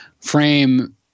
frame